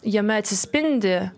jame atsispindi